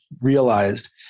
realized